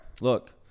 look